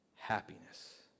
Happiness